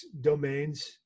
domains